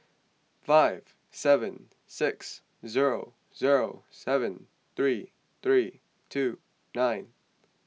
five seven six zero zero seven three three two nine